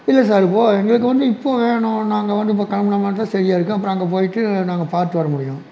இல்லை சார் இப்போது எங்களுக்கும் வந்து இப்போது வேணும் நாங்கள் வந்து இப்போது கிளம்பினோம்னா தான் சரியாக இருக்கும் அப்புறம் அங்கே போயிட்டு நாங்கள் பார்த்து வர முடியும்